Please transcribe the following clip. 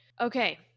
Okay